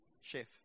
chef